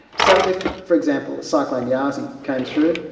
so if, for example, a cyclone yasi came through,